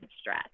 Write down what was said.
stress